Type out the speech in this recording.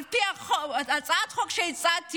על פי הצעת החוק שהצעתי,